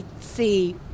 see